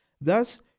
Thus